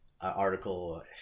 article